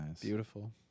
beautiful